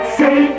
say